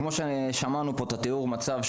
כי כפי ששמענו פה מהלל שתיאר את המצב,